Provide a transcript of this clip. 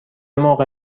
موقع